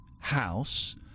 house